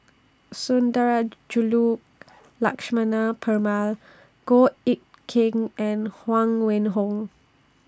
Sundarajulu Lakshmana Perumal Goh Eck Kheng and Huang Wenhong